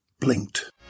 blinked